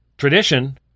Tradition